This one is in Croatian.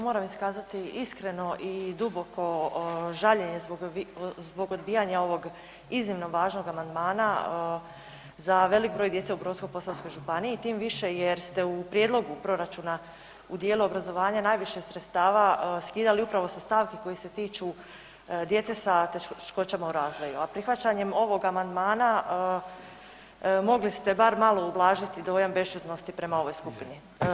Evo moram iskazati iskreno i duboko žaljenje zbog odbijanja ovog iznimno važnog amandmana za velik broj djece u Brodsko-posavskoj županiji, tim više jer ste u prijedlogu proračuna u dijelu obrazovanja najviše sredstava skidali upravo sa stavki koje se tiču djece s teškoćama u razvoju, a prihvaćanjem ovog amandmana mogli ste bar malo ublažiti dojam bešćutnosti prema ovoj skupini.